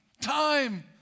time